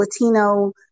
Latino